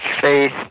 faith